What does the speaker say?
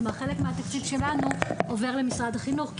חלק מהתקצוב שלנו עובר למשרד החינוך.